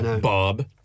Bob